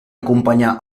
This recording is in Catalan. acompanyar